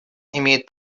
имеет